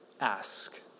ask